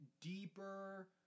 deeper